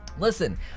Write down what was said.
Listen